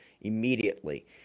immediately